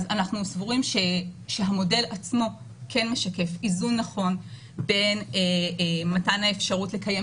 אנחנו סבורים שהמודל עצמו משקף איזון נכון בין מתן האפשרות לקיים